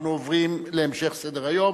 אנחנו עוברים להמשך סדר-היום,